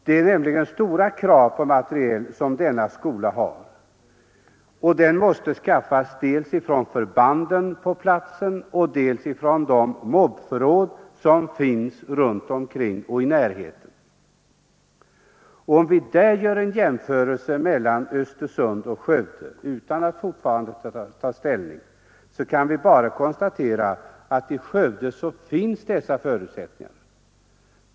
Det är nämligen stora krav på materiel som denna skola har. Den måste skaffas dels från förbanden på platsen, dels från de mobiliseringsförråd som finns i närheten. Gör vi där en jämförelse mellan Östersund och Skövde — utan att fortfarande ta ställning — kan vi bara konstatera att i Skövde finns dessa förutsättningar.